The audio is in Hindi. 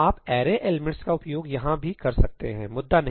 आप अरे एलिमेंट्सका उपयोग यहां भी कर सकते हैं मुद्दा नहीं